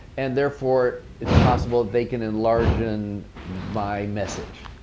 and therefore it's possible they can enlargen my message.